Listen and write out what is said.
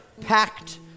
packed